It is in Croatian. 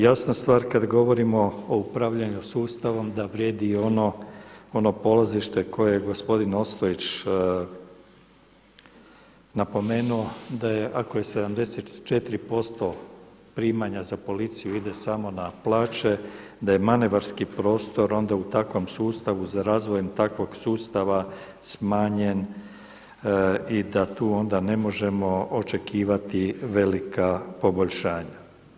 Jasna stvar kada govorimo o upravljanju sustavom da vrijedi i ono polazište koje je gospodin Ostojić napomenuo da je, ako je 74% primanja za policiju ide samo na plaće da je manevarski prostor onda u takvom sustavu za razvojem takvog sustava smanjen i da tu onda ne možemo očekivati velika poboljšanja.